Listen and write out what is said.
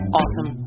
awesome